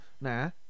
nah